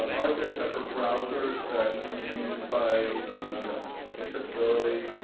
there separate browsers that can be used by accessibility.